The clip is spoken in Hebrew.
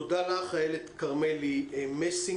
תודה לך, איילת כרמלי מסינגר,